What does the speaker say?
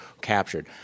captured